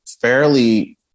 fairly